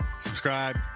subscribe